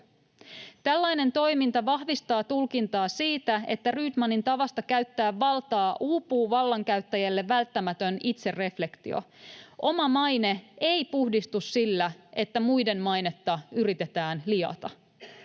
Tällainen toiminta vahvistaa tulkintaa siitä, että Rydmanin tavasta käyttää valtaa uupuu vallankäyttäjälle välttämätön itsereflektio. Oma maine ei puhdistu sillä, että muiden mainetta yritetään liata.